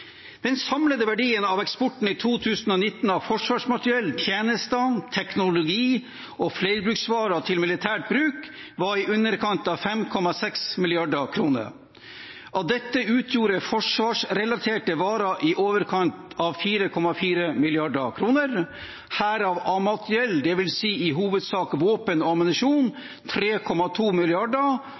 Den samlede verdien av eksporten i 2019 av forsvarsmateriell, tjenester, teknologi og flerbruksvarer til militært bruk var i underkant av 5,6 mrd. kr. Av dette utgjorde forsvarsrelaterte varer i overkant av 4,4 mrd. kr, herav A-materiell, dvs. i hovedsak våpen og ammunisjon, 3,2